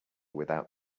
without